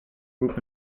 group